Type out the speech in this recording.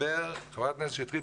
חברת הכנסת שטרית,